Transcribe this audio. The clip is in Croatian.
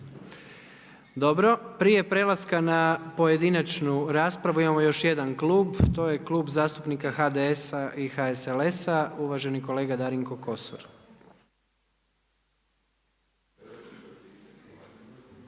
Dobro, prije prelaska na pojedinačnu raspravu imamo još jedan klub, to je Klub zastupnika HDS-a i HSLS-a, uvaženi kolega Darinko Kosor.